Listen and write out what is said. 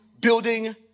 building